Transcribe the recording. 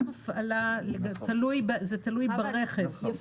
זה תלוי ברכב.